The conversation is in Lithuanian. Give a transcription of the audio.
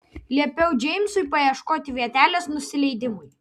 liepiau džeimsui paieškoti vietelės nusileidimui